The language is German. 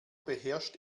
beherrscht